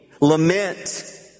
lament